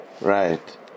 Right